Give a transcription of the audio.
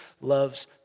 loves